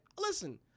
Listen